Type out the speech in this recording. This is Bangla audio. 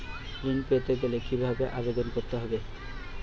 ঋণ পেতে গেলে কিভাবে আবেদন করতে হবে?